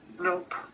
Nope